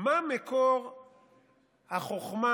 מה מקור החוכמה,